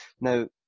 Now